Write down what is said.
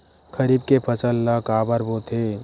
खरीफ के फसल ला काबर बोथे?